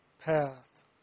path